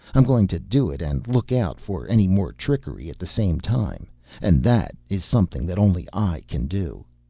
i'm going to do it and look out for any more trickery at the same time and that is something that only i can do.